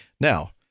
Now